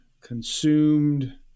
consumed